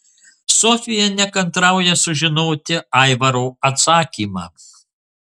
sofija nekantrauja sužinoti aivaro atsakymą